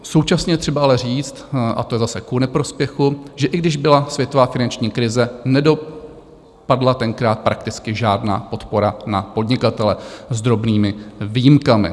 Současně je třeba ale říct a to je zase ku neprospěchu že i když byla světová finanční krize, nedopadla tenkrát prakticky žádná podpora na podnikatele, s drobnými výjimkami.